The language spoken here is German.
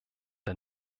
der